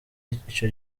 ico